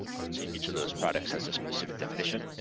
um can see each of those products has a specific definition.